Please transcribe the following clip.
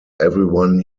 everyone